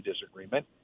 disagreement